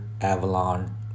Avalon